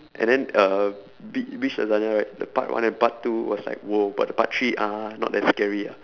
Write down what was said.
and then uh bi~ bitch lasagna right the part one and part two was like !whoa! but part three ah not that scary ah